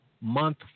month